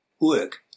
work